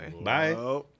bye